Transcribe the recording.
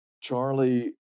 Charlie